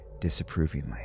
disapprovingly